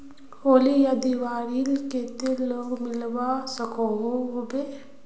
होली या दिवालीर केते लोन मिलवा सकोहो होबे?